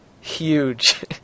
huge